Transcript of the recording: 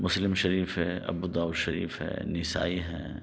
مسلم شریف ہے ابوداؤد شریف ہے نسائی ہے